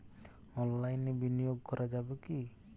অনলাইনে বিনিয়োগ করা যাবে কি?